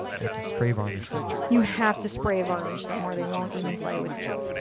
you have to spray varnish them. you have to spray varnish them or they won't even play with you.